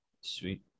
Sweet